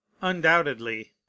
undoubtedly